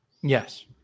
Yes